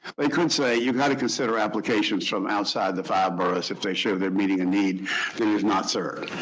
they could say, you've got to consider applications from outside the five boroughs, if they show they're meeting a need that is not served.